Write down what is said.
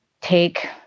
take